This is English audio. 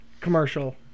commercial